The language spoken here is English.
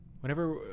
whenever